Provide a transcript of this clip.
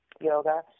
yoga